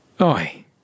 Oi